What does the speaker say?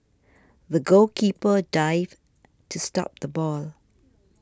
the goalkeeper dived to stop the ball